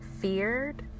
feared